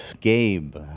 Gabe